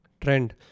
trend